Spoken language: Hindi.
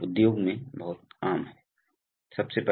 औद्योगिक स्वचालन नियंत्रण के 29 वे पाठ में आपका स्वागत है